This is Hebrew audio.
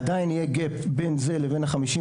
עדיין יהיה גאפ בין זה לבין ה-56,